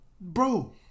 bro